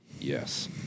Yes